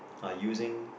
are using